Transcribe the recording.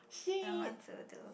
someone do too